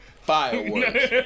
Fireworks